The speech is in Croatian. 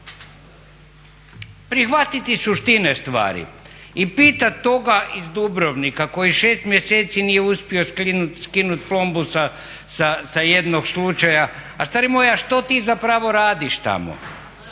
prihvatiti suštine stvari i pitati toga iz Dubrovnika koji 6 mjeseci nije uspio skinuti plombu sa jednog slučaja, a stari moj a što ti zapravo radiš tamo,